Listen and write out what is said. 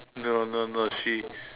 no no no she